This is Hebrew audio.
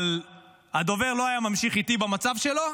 אבל הדובר לא היה ממשיך איתי במצב שלו,